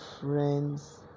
friends